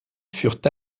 furent